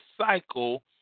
cycle